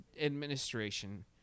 administration